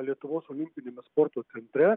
lietuvos olimpiniame sporto centre